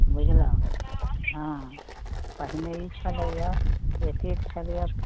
बुझलहुँ हँ पहिने ई छलै हँ एतेक